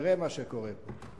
תראה מה שקורה פה.